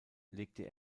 legte